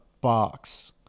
box